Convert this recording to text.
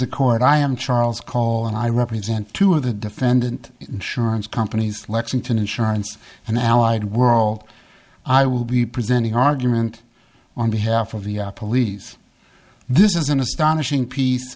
a court i am charles call and i represent two of the defendant insurance companies lexington insurance and allied world i will be presenting argument on behalf of the police this is an astonishing piece